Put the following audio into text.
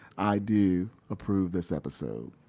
i do approve this episode.